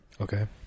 Okay